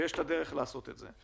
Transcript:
ויש דרך לעשות את זה.